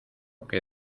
que